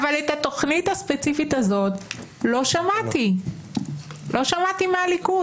התכנית הספציפית הזאת לא שמעתי, לא שמעתי מהליכוד.